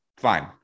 fine